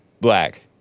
black